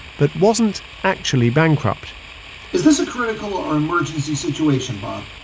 but wasn't actually bankrupt is this a critical or emergency situation, bob?